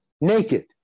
naked